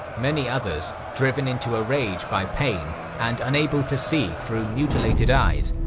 many others, driven into a rage by pain and unable to see through mutilated eyes,